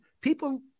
people